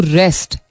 rest